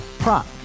Prop